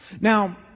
Now